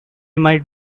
might